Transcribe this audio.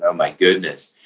ah my goodness.